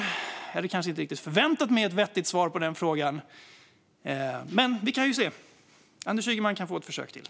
Jag hade kanske inte riktigt förväntat mig ett vettigt svar på frågan, men vi kan ju se. Anders Ygeman kan få ett försök till.